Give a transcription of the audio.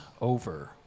over